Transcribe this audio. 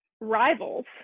rivals